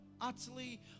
utterly